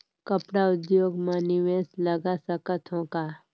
कपड़ा उद्योग म निवेश लगा सकत हो का?